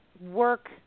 work